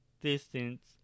distance